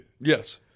Yes